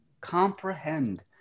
comprehend